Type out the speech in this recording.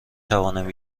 توانم